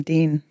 Dean